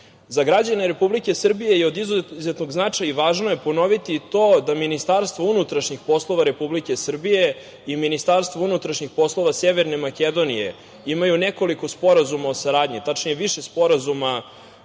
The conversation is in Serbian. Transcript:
građane Republike Srbije je od izuzetnog značaja i važno je ponoviti to da Ministarstvo unutrašnjih poslova Republike Srbije i Ministarstvo unutrašnjih poslova Severne Makedonije imaju nekoliko sporazuma o saradnji, tačnije više sporazuma